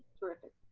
terrific.